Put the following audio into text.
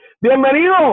bienvenido